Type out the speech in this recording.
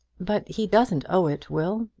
but he doesn't owe it, will.